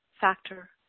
factor